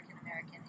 American